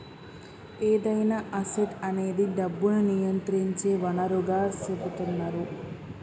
ఏదైనా అసెట్ అనేది డబ్బును నియంత్రించే వనరుగా సెపుతున్నరు